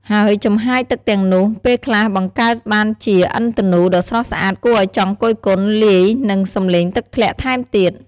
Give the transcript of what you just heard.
ហើយចំហាយទឹកទាំងនោះ ពេលខ្លះបង្កើតបានជាឥន្ធនូដ៏ស្រស់ស្អាតគួរឱ្យចង់គយគន់ លាយនឹងសម្លេងទឹកធ្លាក់ថែមទៀត។